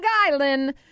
Island